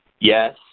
Yes